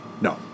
No